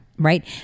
right